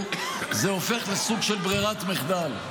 זה הופך לסוג של ברירת מחדל,